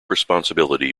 responsibility